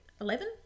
eleven